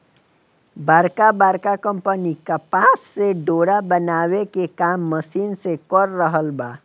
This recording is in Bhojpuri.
बड़का बड़का कंपनी कपास से डोरा बनावे के काम मशीन से कर रहल बा